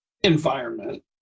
environment